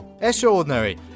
Extraordinary